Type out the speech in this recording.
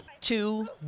Two